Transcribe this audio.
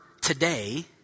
today